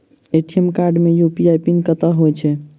ATM card मे UPI PIN कतह होइ है?